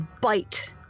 bite